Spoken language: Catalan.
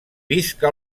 visca